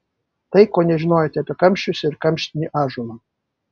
tai ko nežinojote apie kamščius ir kamštinį ąžuolą